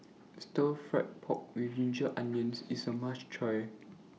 Stir Fried Pork with Ginger Onions IS A must Try